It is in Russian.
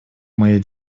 моей